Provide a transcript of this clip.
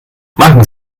machen